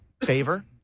favor